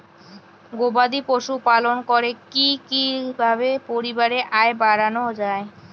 গবাদি পশু পালন করে কি কিভাবে পরিবারের আয় বাড়ানো যায়?